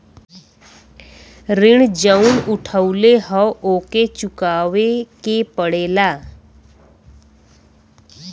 ऋण जउन उठउले हौ ओके चुकाए के पड़ेला